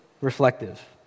reflective